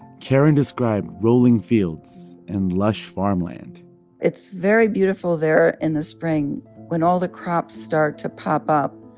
karen described rolling fields and lush farmland it's very beautiful there in the spring when all the crops start to pop up,